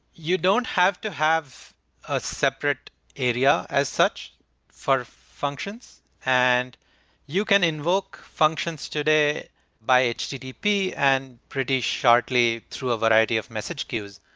you don't have to have a separate area as such for functions, and you can invoke functions today by ah http and pretty shortly through a variety of message queues.